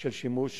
של שימוש